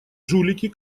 жулики